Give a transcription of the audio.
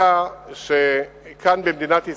אלא שכאן, במדינת ישראל,